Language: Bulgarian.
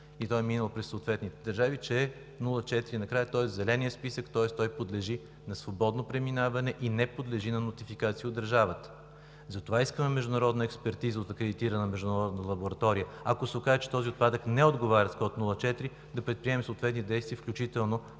и той е минал през съответните държави, че отпадък с този код – с 04 накрая, е в зеления списък, тоест той подлежи на свободно преминаване и не подлежи на нотификация от държавата, затова искаме международна експертиза от акредитирана международна лаборатория. Ако се окаже, че този отпадък не отговаря на този код, накрая с 04, да предприемем съответни действия, включително